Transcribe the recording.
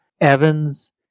Evans